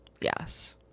Yes